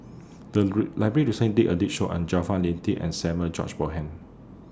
The agree Library recently did A did Show on Jaafar Latiff and Samuel George Bonham